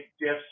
gifts